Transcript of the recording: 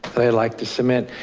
i'd like to submit.